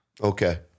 Okay